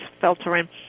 filtering